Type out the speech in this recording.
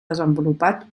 desenvolupat